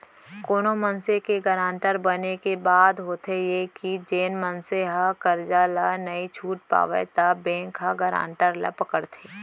कोनो मनसे के गारंटर बने के बाद होथे ये के जेन मनसे ह करजा ल नइ छूट पावय त बेंक ह गारंटर ल पकड़थे